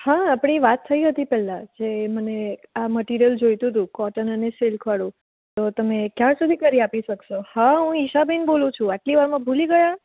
હા આપણી વાત થઈ હતી પહેલાં જે મને આ મટિરિયલ જોઈતું હતું કોટન અને સિલ્કવાળું તો તમે કયાર સુધી કરી આપી શકશો હા હું ઈશાબેન બોલું છું આટલી વારમાં ભુલી ગયાં